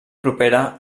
propera